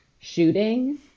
shooting